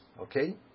Okay